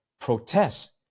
protests